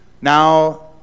Now